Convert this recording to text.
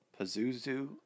Pazuzu